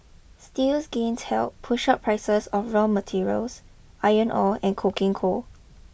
steel's gains helped push up prices of raw materials iron ore and coking coal